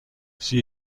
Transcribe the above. she